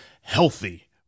healthy